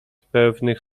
pewnych